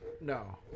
No